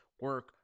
Work